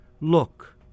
look